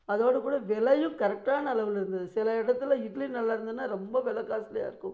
அதோடு கூட விலையும் கரெக்டான அளவில் இருந்தது சில இடத்துல இட்லி நல்லாயிருந்ததுன்னா ரொம்ப வில காஸ்ட்லியாக இருக்கும்